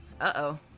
Uh-oh